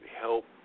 help